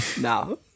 No